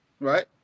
right